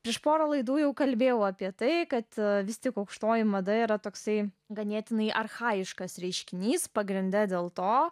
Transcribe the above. prieš porą laidų jau kalbėjau apie tai kad vis tik aukštoji mada yra toksai ganėtinai archajiškas reiškinys pagrinde dėl to